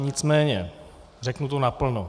Nicméně řeknu to naplno.